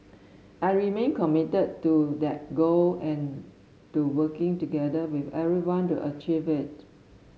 I remain committed to that goal and to working together with everyone to achieve it